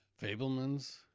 Fablemans